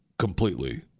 completely